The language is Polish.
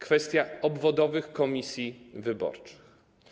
Kwestia obwodowych komisji wyborczych.